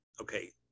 okay